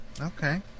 Okay